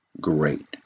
great